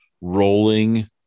rolling